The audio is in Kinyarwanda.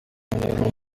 yari